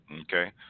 Okay